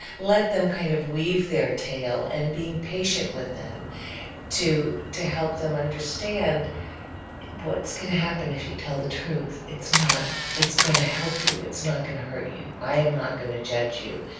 let them kind of weave their tale and being patient with them to to help them understand what's going to happen if you tell the truth. it's not it's going to help you. it's not going to hurt you. i am not going to judge you.